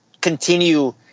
continue